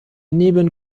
neben